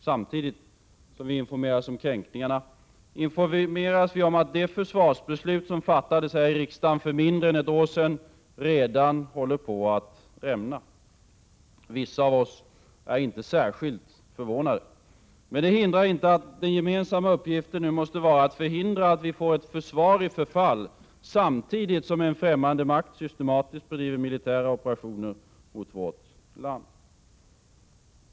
Samtidigt som vi informeras om kränkningarna informeras vi om att det försvarsbeslut som fattades här i riksdagen för mindre än ett år sedan redan håller på att rämna. Vissa av oss är inte särskilt förvånade. Men det hindrar inte att den gemensamma uppgiften nu måste vara att förhindra att vi får ett försvar i förfall samtidigt som en främmande makt systematiskt bedriver militära operationer mot vårt land.